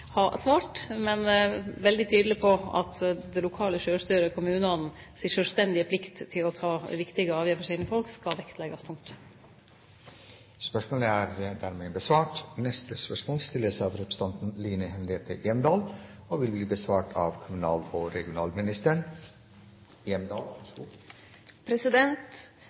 har svart, men er veldig tydeleg på at det lokale sjølvstyret og kommunane si sjølvstendige plikt til å ta viktige avgjerder for sine folk skal vektleggjast. «Høsten 2010 la Arnstad-utvalget fram sin rapport «Energieffektivisering av